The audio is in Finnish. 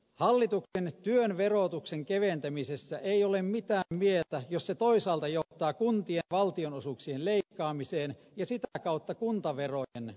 hallituksen toteuttamassa työn verotuksen keventämisessä ei ole mitään mieltä jos se toisaalta johtaa kuntien valtionosuuksien leikkaamiseen ja sitä kautta kuntaverojen nousuun